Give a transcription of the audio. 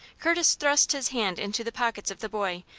curtis thrust his hand into the pockets of the boy,